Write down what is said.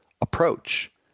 approach